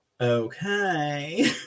Okay